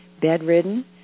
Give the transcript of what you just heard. bedridden